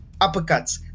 uppercuts